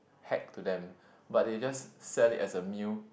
heck to them but they just sell it as a meal